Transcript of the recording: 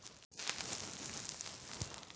बीमा काला कइथे?